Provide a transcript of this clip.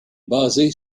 basé